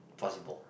possible